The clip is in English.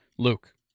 Luke